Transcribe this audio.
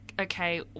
okay